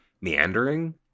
Meandering